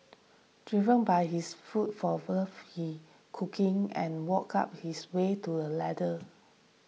driven by his food for love he cooking and worked up his way to a ladder